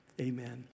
amen